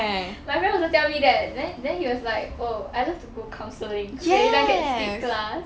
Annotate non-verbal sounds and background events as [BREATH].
[BREATH] my friend also tell me that then then he was like oh I love to go counselling because every time can skip class